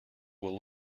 will